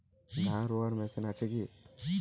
ধান রোয়ার মেশিন আছে কি?